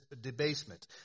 debasement